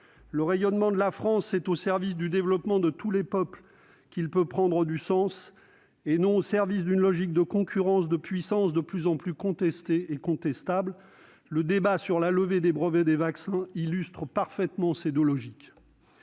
grands groupes privés. C'est au service du développement de tous les peuples que le rayonnement de la France peut prendre du sens, et non au service d'une logique de concurrence et de puissance de plus en plus contestée et contestable. Le débat sur la levée des brevets des vaccins illustre parfaitement ces deux logiques.